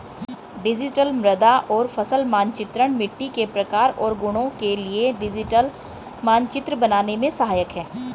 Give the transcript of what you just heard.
digital मृदा और फसल मानचित्रण मिट्टी के प्रकार और गुणों के लिए डिजिटल मानचित्र बनाने में सहायक है